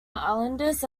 islanders